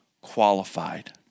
qualified